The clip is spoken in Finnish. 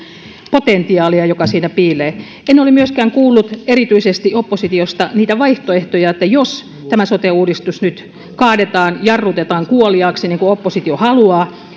potentiaalia joka siinä piilee en ole myöskään kuullut erityisesti oppositiosta niitä vaihtoehtoja että jos tämä sote uudistus nyt kaadetaan jarrutetaan kuoliaaksi niin kuin oppositio haluaa